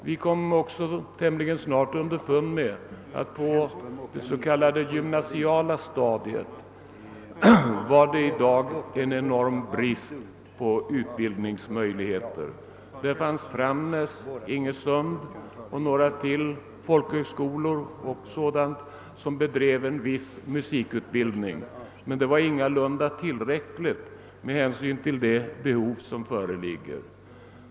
Vi kom också tämligen snart underfund med att det på det s.k. gymnasiala stadiet rådde en enorm brist på utbildningsmöjligheter. Det bedrevs en viss musikutbildning vid Framnäs folkhögskola, vid Folkliga musikskolan Ingesund och på några andra ställen, men det var ingalunda tillräckligt med hänsyn till föreliggande behov.